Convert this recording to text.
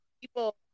People